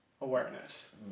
awareness